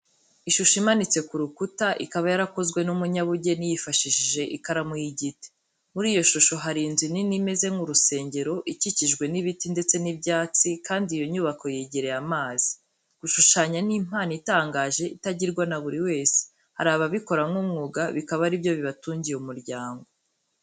Ishusho imanitse ku rukuta, ikaba yarakozwe n'umunyabugeni yifashishije ikaramu y'igiti. Muri iyo shusho hari inzu nini imeze nk'urusengero ikikijwe n'ibiti ndetse n'ibyatsi kandi iyo nyubako yegereye amazi. Gushushanya ni impano itangaje itagirwa na buri wese, hari ababikora nk'umwuga bikaba ari byo bibatungiye imiryango.